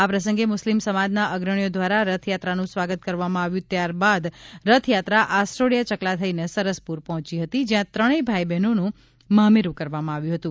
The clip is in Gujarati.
આ પ્રસંગે મુસ્લિમ સમાજના અગ્રણીઓ દ્વારા રથયાત્રાનું સ્વાગત કરવામાં આવ્યું ત્યારબાદ રથયાત્રા આસ્ટોડીયા ચકલા થઇને સરસપુર પહોંચી હતી જ્યાં ત્રણેય ભાઇ બહેનનું મામેરુ કરવામાં આવ્યું હતું